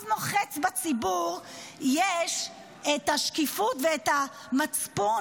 לרוב מוחץ בציבור יש את השקיפות ואת המצפון